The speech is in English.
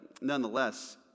nonetheless